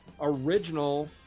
original